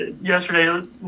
yesterday